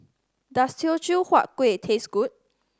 does Teochew Huat Kuih taste good